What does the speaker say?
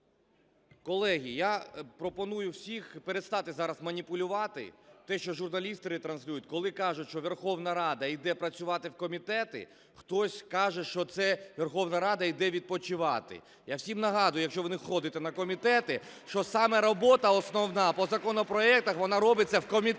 Колеги, я пропоную всім перестати зараз маніпулювати, те, що журналісти ретранслюють, коли кажуть, що Верховна Рада йде працювати в комітети, хтось каже, що це Верховна Рада йде відпочивати. Я всім нагадую, якщо ви не ходили на комітети, що саме робота основна по законопроектах вона робиться в комітетах.